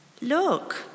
Look